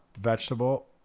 vegetable